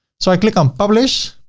so i click on publish,